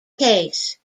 case